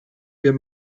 wir